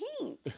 paint